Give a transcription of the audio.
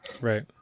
Right